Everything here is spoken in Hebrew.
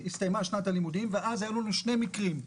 הסתיימה שנת הלימודים ואז היו לנו שני מקרים: